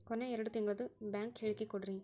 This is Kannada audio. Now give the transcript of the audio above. ಕೊನೆ ಎರಡು ತಿಂಗಳದು ಬ್ಯಾಂಕ್ ಹೇಳಕಿ ಕೊಡ್ರಿ